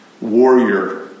warrior